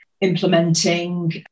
implementing